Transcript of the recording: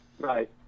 Right